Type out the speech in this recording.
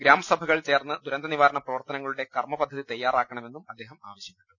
ഗ്രാമസഭകൾ ചേർന്ന് ദുരന്തനിവാരണപ്രവർത്തനങ്ങളുടെ കർമ്മ പദ്ധതി തയ്യാറാക്കണമെന്നും അദ്ദേഹം ആവശ്യപ്പെട്ടു